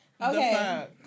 Okay